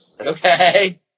Okay